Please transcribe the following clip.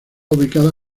ubicada